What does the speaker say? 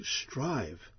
strive